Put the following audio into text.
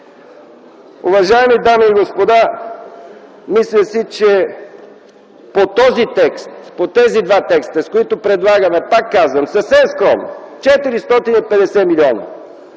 Уважаеми дами и господа, мисля си, че по този текст, по тези два текста, с които предлагаме, пак казвам – съвсем скромно 450 милиона,